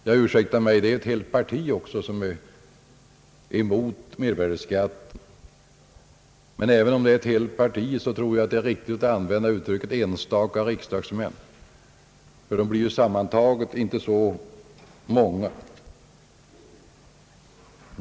Ja, ursäkta mig, det är ett helt parti också, som är emot mervärdeskatten, men även om det är ett helt parti så är det riktigt att använda uttrycket »enstaka riksdagsmän», ty de blir ju tillsammans inte så många.